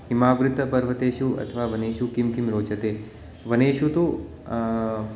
हिमावृतपर्वतेषु अथवा वनेषु किं किं रोचते वनेषु तु